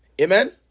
Amen